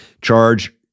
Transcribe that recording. charge